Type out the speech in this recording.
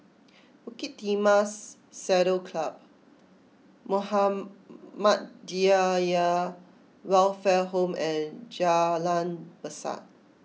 Bukit Timah Saddle Club Muhammadiyah Welfare Home and Jalan Besar